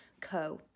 co